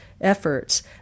efforts